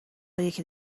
یکی